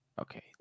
Okay